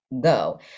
go